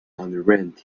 underwent